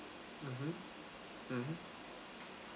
mmhmm mmhmm